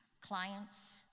clients